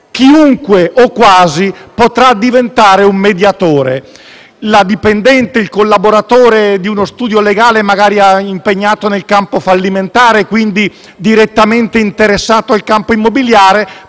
chiunque o quasi potrà diventare un mediatore: la dipendente piuttosto che il collaboratore di uno studio legale, magari impegnato nel campo fallimentare, quindi direttamente interessato al campo immobiliare,